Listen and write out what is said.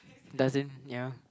doesn't ya